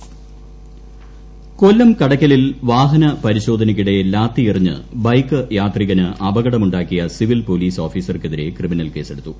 കൊല്ലം വാഹന അപകടം ക്രിമിനൽ ക്ട്രേസ് കൊല്ലം കടയ്ക്കലിൽ വാഹന പൂരിശോധനയ്ക്കിടെ ലാത്തിയെറിഞ്ഞ് ബൈക്ക് യാത്രികന് അപ്പകുടമുണ്ടാക്കിയ സിവിൽ പോലീസ് ഓഫീസർക്കെതിരെ ക്രിമിനൽ കേസെടുത്തു